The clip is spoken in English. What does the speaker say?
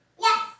Yes